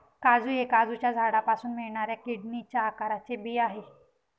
काजू हे काजूच्या झाडापासून मिळणाऱ्या किडनीच्या आकाराचे बी आहे